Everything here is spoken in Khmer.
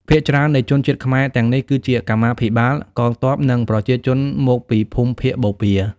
ភាគច្រើននៃជនជាតិខ្មែរទាំងនេះគឺជាកម្មាភិបាល កងទ័ព និងប្រជាជនមកពីភូមិភាគបូព៌ា។